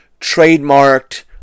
trademarked